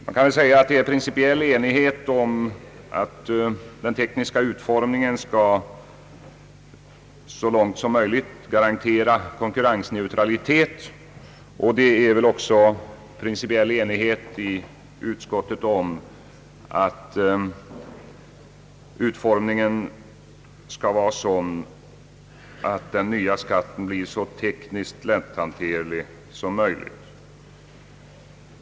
Man kan säga att det råder principiell enighet om att den tek niska utformningen så långt som möjligt skall garantera konkurrensneutralitet, och det råder väl också principiell enighet i utskottet om att utformningen skall vara sådan, att den nya skatten blir så tekniskt lätthanterlig som möjligt.